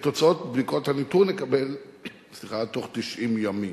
את תוצאות בדיקות הניטור נקבל תוך 90 ימים.